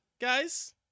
guys